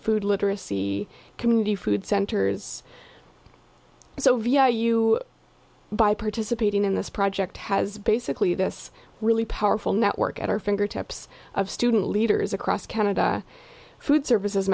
food literacy community food centers so via you by participating in this project has basically this really powerful network at our fingertips of student leaders across canada food services